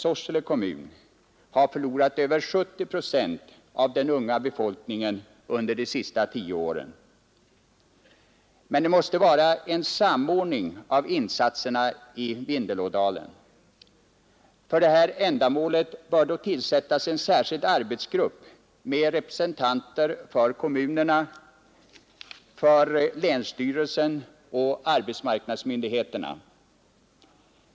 Sorsele kommun har förlorat över 70 procent av den unga befolkningen under de senaste tio åren. Men det måste vara en samordning av insatserna i Vindelådalen. För detta ändamål bör det tillsättas en särskild arbetsgrupp med representanter från kommunerna, länsstyrelsen och arbetsmarknadsmyndigheterna.